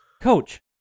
Coach